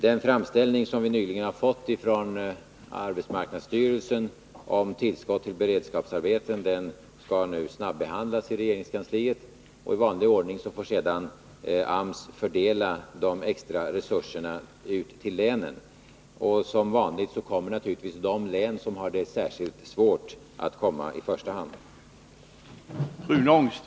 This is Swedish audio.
Den framställning som vi nyligen har fått från AMS om tillskott till beredskapsarbeten skall nu snabbehandlas i regeringskansliet, och AMS får sedan i vanlig ordning fördela eventuella extra resurser. Som vanligt kommer naturligtvis då de län i första hand som har det särskilt svårt.